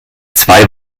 zwei